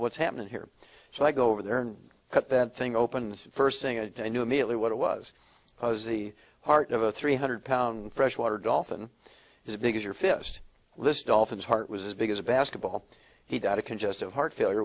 what's happening here so i go over there and cut that thing open and first thing i knew immediately what it was was the heart of a three hundred pound freshwater dolphin as big as your fist this dolphin's heart was as big as a basketball he died of congestive heart failure